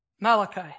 Malachi